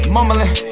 Mumbling